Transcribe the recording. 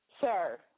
Sir